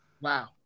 Wow